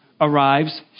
arrives